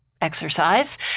exercise